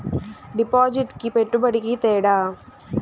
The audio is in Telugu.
డిపాజిట్కి పెట్టుబడికి తేడా?